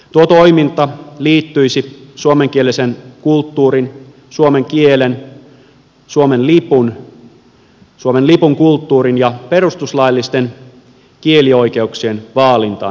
tuo toiminta liittyisi suomenkielisen kulttuurin suomen kielen suomen lipun suomen lipun kulttuurin ja perustuslaillisten kielioikeuksien vaalintaan